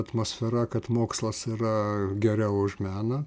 atmosfera kad mokslas yra geriau už meną